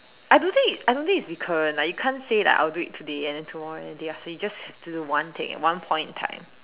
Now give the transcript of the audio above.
I don't think I don't think it's recurrent like you can't say like I will do it today and then tomorrow and the day after you just get to do it one day at one point in time